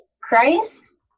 Christ